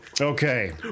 Okay